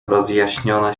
rozjaśniona